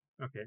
okay